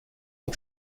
you